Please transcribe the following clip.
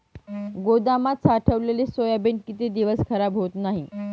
गोदामात साठवलेले सोयाबीन किती दिवस खराब होत नाही?